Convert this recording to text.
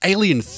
Alien